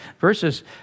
verses